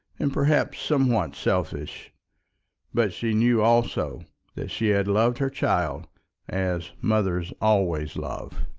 and perhaps somewhat selfish but she knew also that she had loved her child as mothers always love.